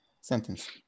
sentence